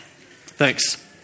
Thanks